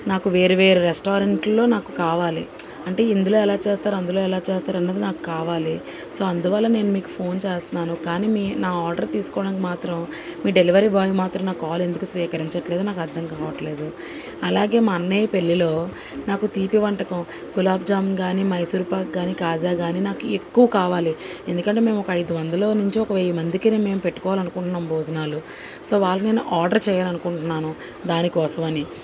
నాకు వేరు వేరు రెస్టారెంట్లలో నాకు కావాలి అంటే ఇందులో ఎలా చేస్తారు అందులో ఎలా చేస్తారు అన్నది నాకు కావాలి సో అందువల్ల నేను మీకు ఫోన్ చేస్తున్నాను కానీ మీ నా ఆర్డర్ తీసుకోవడానికి మాత్రం మీ డెలివరీ బాయ్ మాత్రం నా కాల్ ఎందుకు స్వీకరించడం లేదో నాకు అర్థం కావడం లేదు అలాగే మా అన్నయ్య పెళ్ళిలో నాకు తీపి వంటకం గులాబ్ జామున్ కానీ మైసూర్ పాక్ కానీ కాజా కానీ నాకు ఎక్కువ కావాలి ఎందుకంటే మేము ఒక ఐదు వందలు నుంచి ఒక వెయ్యి మందికి మేము పెట్టుకోవాలి అనుకుంటున్నాం భోజనాలు సో వాళ్ళు నేను ఆర్డర్ చేయాలి అనుకుంటున్నాను దానికోసం అని